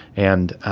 and,